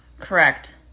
correct